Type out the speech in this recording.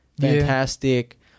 Fantastic